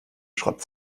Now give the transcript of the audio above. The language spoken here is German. schrott